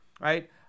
Right